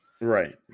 right